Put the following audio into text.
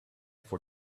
for